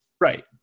Right